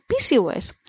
PCOS